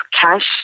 cash